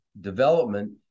development